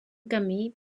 camí